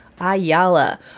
Ayala